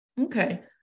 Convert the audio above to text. Okay